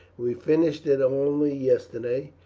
we finished it only yesterday,